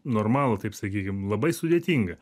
normalų taip sakykim labai sudėtinga